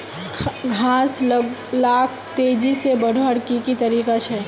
घास लाक तेजी से बढ़वार की की तरीका छे?